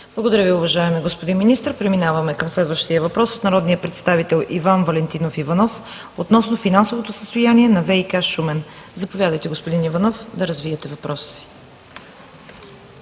Благодаря Ви, уважаеми господин Министър. Преминаваме към следващия въпрос от народния представител Иван Валентинов Иванов относно финансовото състояние на ВиК – Шумен. Заповядайте, господин Иванов, да развиете въпроса